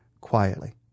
quietly